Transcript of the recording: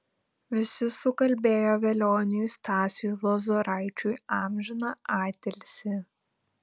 visi sukalbėjo velioniui stasiui lozoraičiui amžiną atilsį